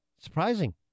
Surprising